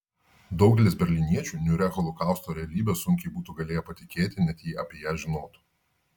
daugelis berlyniečių niūria holokausto realybe sunkiai būtų galėję patikėti net jei apie ją žinotų